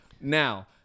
now